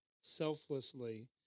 selflessly